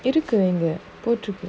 it occurring with both